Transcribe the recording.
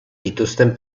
dituzten